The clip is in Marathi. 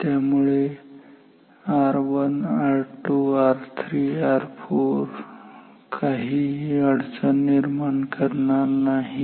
त्यामुळे R1 R2 R3 R4 and R4 काहीही अडचण निर्माण करणार नाहीत